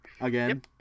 again